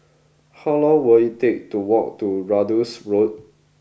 how long will it take to walk to Ratus Road